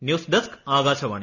news desk Akashvani